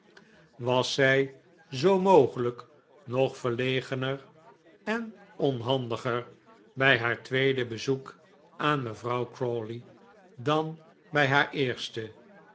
was zij zoo mogelijk nog verlegen'er en onhandiger bij haar tweede bezoek aan mevrouw crawley dan bij haar eerste